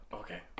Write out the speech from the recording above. okay